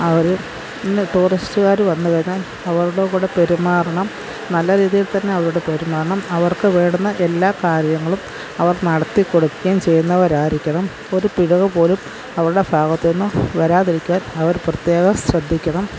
അവർ ഇന്ന് ടൂറിസ്റ്റുകാർ വന്ന് കഴിഞ്ഞാല് അവരുടെ കൂടെ പെരുമാറണം നല്ല രീതിയില് തന്നെ അവരോട് പെരുമാറണം അവര്ക്ക് വേണ്ടുന്ന എല്ലാ കാര്യങ്ങളും അവര് നടത്തി കൊടുക്കുകയും ചെയ്യുന്നവരായിരിക്കണം ഒരു പിഴവ് പോലും അവരുടെ ഭാഗത്ത് നിന്ന് വരാതിരിക്കാന് അവര് പ്രത്യേകം ശ്രദ്ധിക്കണം